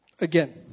again